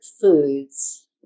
foods